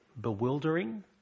bewildering